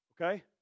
Okay